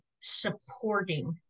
supporting